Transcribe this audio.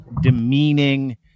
demeaning